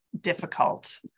difficult